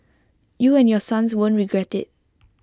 you and your sons won't regret IT